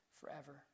forever